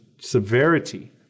severity